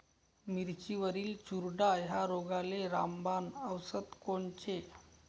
मिरचीवरील चुरडा या रोगाले रामबाण औषध कोनचे?